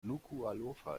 nukuʻalofa